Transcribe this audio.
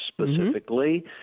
specifically